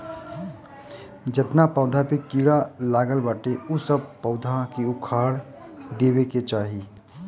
जेतना पौधा पे कीड़ा लागल बाटे उ सब पौधा के उखाड़ देवे के चाही